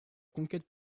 conquête